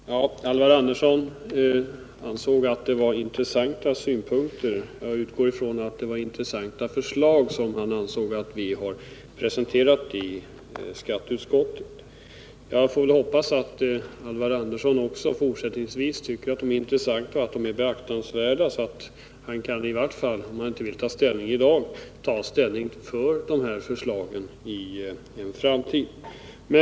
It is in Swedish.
Nr 54 Herr talman! Alvar Andersson ansåg att det var intressanta synpunkter. Torsdagen den Jag utgår ifrån att han menar att det var intressanta förslag som vi presenterat 14 december 1978 i skatteutskottet. Jag får också hoppas att Alvar Andersson fortsättningsvis tycker att förslagen är intressanta och beaktansvärda så att han kan ta ställning för förslagen i en framtid.